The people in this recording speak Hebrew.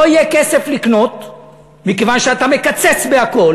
יהיה כסף לקנות מכיוון שאתה מקצץ בהכול?